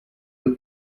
due